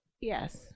Yes